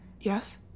Yes